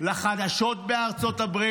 לחדשות בארצות הברית.